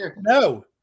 no